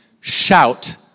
shout